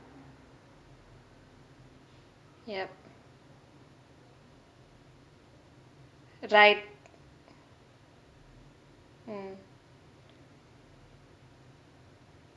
yup right mm